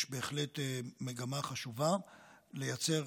יש בהחלט מגמה חשובה לייצר